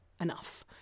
enough